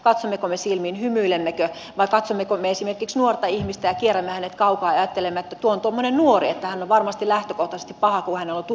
katsommeko me silmiin hymyilemmekö vai katsommeko me esimerkiksi nuorta ihmistä ja kierrämme hänet kaukaa ja ajattelemme että tuo on tuommoinen nuori että hän on varmasti lähtökohtaisesti paha kun hänellä on tukka sekaisin